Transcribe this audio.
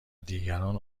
دیگران